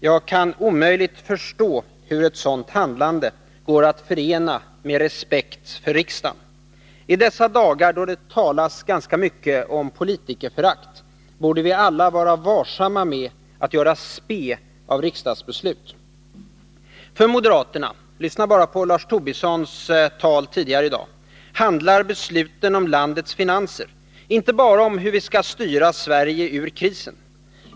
Jag kan omöjligt förstå hur ett sådant handlande går att förena med respekt för riksdagen. I dessa dagar, då det talas ganska mycket om politikerförakt, borde vi alla vara varsamma med att göra spe av riksdagsbeslut. För moderaterna — lyssna bara på Lars Tobissons tal tidigare i dag — handlar besluten om landets finanser inte bara om hur vi skall styra Sverige ur krisen.